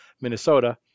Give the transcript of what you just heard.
Minnesota